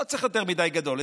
לא צריך יותר מדי גדול,